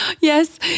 Yes